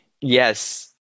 yes